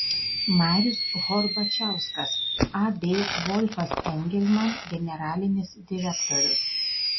marius horbačauskas ab volfas engelman generalinis direktorius